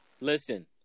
listen